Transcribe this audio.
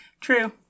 True